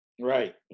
Right